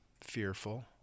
fearful